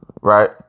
Right